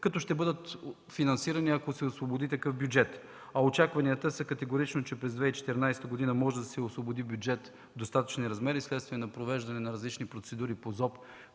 като ще бъдат финансирани, ако се освободи такъв бюджет. А очакванията са категорично, че през 2014 г. може да се освободи бюджет в достатъчни размери, вследствие на провеждане на различни процедури по ЗОП,